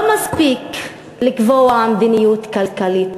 לא מספיק לקבוע מדיניות כלכלית,